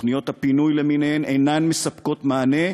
תוכניות הפינוי למיניהן אינן מספקות מענה,